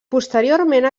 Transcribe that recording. posteriorment